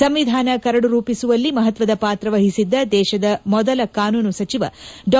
ಸಂವಿಧಾನ ಕರದು ರೂಪಿಸುವಲ್ಲಿ ಮಹತ್ವದ ಪಾತ್ರ ವಹಿಸಿದ್ದ ದೇಶದ ಮೊದಲ ಕಾನೂನು ಸಚಿವ ಡಾ